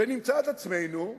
ונמצא את עצמנו,